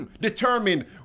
determined